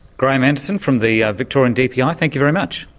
graeme anderson from the victorian dpi, thank you very much.